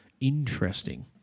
Interesting